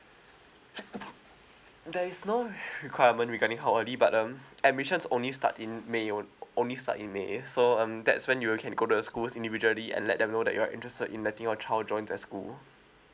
there is no requirement regarding how early but then I mentioned only start in may on~ only start in may so um that's when you can go the schools individually and let them know that you're interested in letting your child join the school